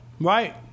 Right